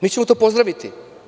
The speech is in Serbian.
Mi ćemo to pozdraviti.